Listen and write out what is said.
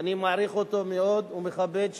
שאני מעריך ומכבד אותו מאוד,